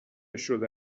شده